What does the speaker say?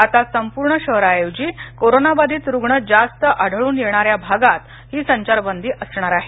आता संपूर्ण शहराऐवजी कोरोनाबाधित रुग्ण जास्त आढळून येणाऱ्या भागात ही संचारबंदी असणार आहे